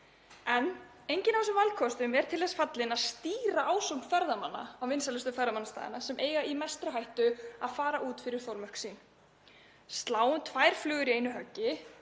En enginn af þessum valkostum er til þess fallinn að stýra ásókn ferðamanna á vinsælustu ferðamannastaðina sem eru í mestri hættu á að fari yfir þolmörk sín. Sláum tvær flugur í einu höggi,